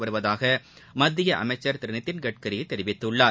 வருவதாக மத்திய அமைச்சர்திரு நிதின்கட்கரி தெரிவித்துள்ளார்